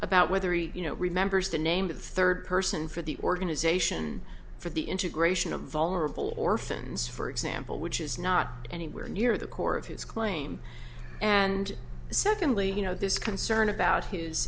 about whether he you know remembers the name of third person for the organization for the integration of vulnerable orphans for example which is not anywhere near the core of his claim and secondly you know this concern about his